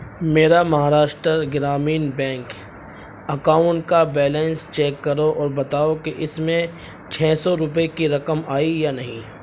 میرا Maharashtra Gramin bank account کا balance check کرو اور بتاؤ کہ اس میں چھ سو روپئے کی رقم آئی یا نہیں